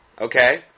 Okay